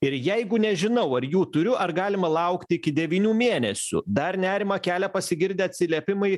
ir jeigu nežinau ar jų turiu ar galima laukt iki devynių mėnesių dar nerimą kelia pasigirdę atsiliepimai